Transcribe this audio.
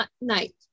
night